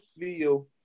feel